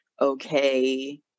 okay